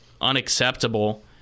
unacceptable